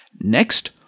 Next